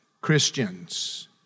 Christians